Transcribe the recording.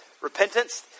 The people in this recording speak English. repentance